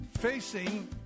Facing